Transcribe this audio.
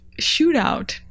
shootout